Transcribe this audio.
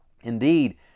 Indeed